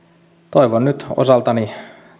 toivon nyt osaltani